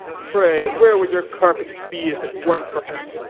pray where would your carcass be if it weren't for him?